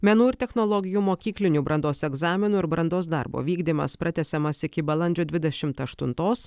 menų ir technologijų mokyklinių brandos egzaminų ir brandos darbo vykdymas pratęsiamas iki balandžio dvidešimt aštuntos